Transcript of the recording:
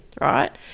right